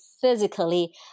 physically